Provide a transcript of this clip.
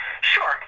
Sure